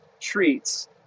treats